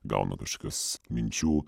gauna kažkokias minčių